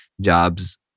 jobs